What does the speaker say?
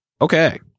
Okay